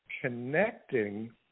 connecting